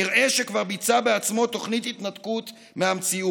נראה שכבר ביצע בעצמו תוכנית התנתקות מהמציאות,